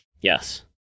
Yes